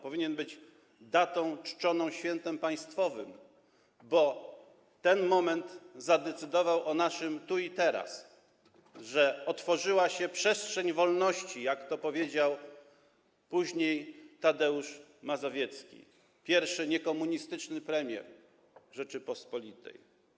Powinien być datą czczoną, świętem państwowym, bo ten moment zadecydował o naszym tu i teraz, o tym, że otworzyła się przestrzeń wolności, jak powiedział później Tadeusz Mazowiecki, pierwszy niekomunistyczny premier Rzeczypospolitej.